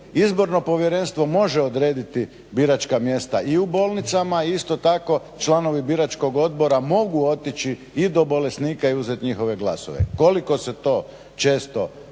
izborno povjerenstvo može odrediti biračka mjesta i u bolnicama, isto tako članovi biračkog odbora mogu otići i do bolesnika i uzeti njihove glasove. Koliko se to često koristilo